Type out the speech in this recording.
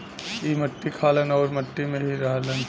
ई मट्टी खालन आउर मट्टी में ही रहलन